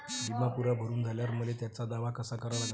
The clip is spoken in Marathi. बिमा पुरा भरून झाल्यावर मले त्याचा दावा कसा करा लागन?